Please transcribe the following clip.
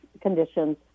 conditions